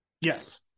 Yes